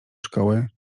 szkoły